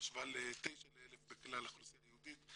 בהשוואה ל-9 ל-1,000 בכלל האוכלוסייה היהודית.